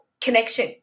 connection